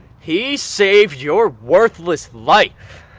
he saved your worthless life!